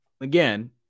again